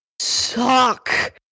suck